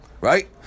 Right